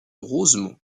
rosemont